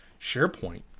sharepoint